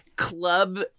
club